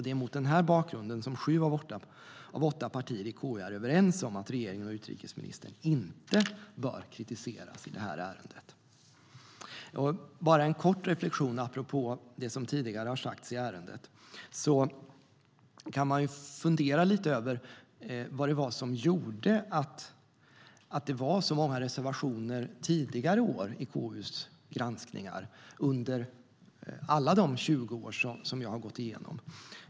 Det är mot denna bakgrund som sju av åtta partier i KU är överens om att regeringen och utrikesministern inte bör kritiseras i detta ärende. Jag ska göra en kort reflektion apropå det som tidigare har sagts i ärendet. Man kan fundera lite grann över vad det var som gjorde att det var så många reservationer tidigare år i KU:s granskningar under alla de 20 år som jag har gått igenom.